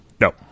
No